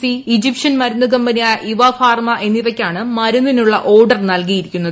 C Egyptian മരുന്ന് കമ്പനിയായ Eva Pharma എന്നിവയ്ക്കാണ് മരുന്നിനുള്ള ഓർഡർ നൽകിയിരിക്കുന്നത്